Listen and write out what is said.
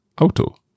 Auto